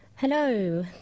Hello